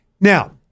Now